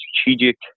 strategic